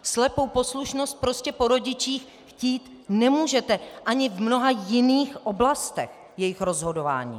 Slepou poslušnost prostě po rodičích chtít nemůžete ani v mnoha jiných oblastech jejich rozhodování.